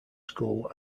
school